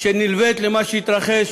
שנלווית למה שהתרחש